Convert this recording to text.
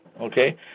okay